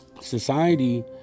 society